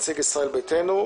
נציג ישראל ביתנו,